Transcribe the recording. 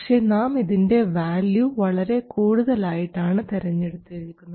പക്ഷേ നാം ഇതിൻറെ വാല്യൂ വളരെ കൂടുതൽ ആയിട്ടാണ് തെരഞ്ഞെടുത്തിരിക്കുന്നത്